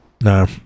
no